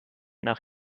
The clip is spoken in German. nach